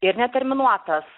ir neterminuotas